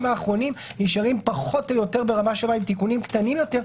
האחרונים נשארים פחות או יותר ברמה שווה עם תיקונים קטנים יותר.